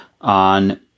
On